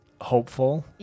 hopeful